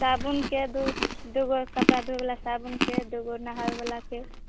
साबुनके दू दूगो कपड़ा धोयवला साबुनके दूगो नहायवलाकें